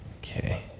Okay